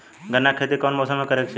गन्ना के खेती कौना मौसम में करेके चाही?